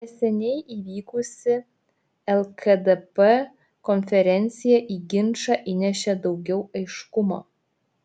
neseniai įvykusi lkdp konferencija į ginčą įnešė daugiau aiškumo